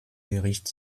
bericht